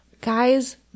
guys